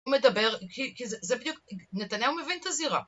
הוא מדבר, זה בדיוק, נתניהו מבין את הזירה.